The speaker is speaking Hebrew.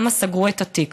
למה סגרו את התיק.